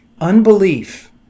Unbelief